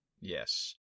Yes